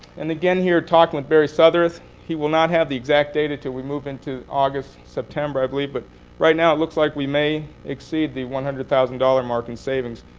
and again, here talking with barry so he will not have the exact date until we move into august, september, i believe. but right now, it looks like we may exceed the one hundred thousand dollars mark in savings,